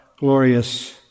glorious